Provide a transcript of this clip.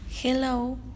Hello